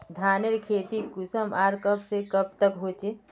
धानेर खेती कुंसम आर कब से कब तक होचे?